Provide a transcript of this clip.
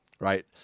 right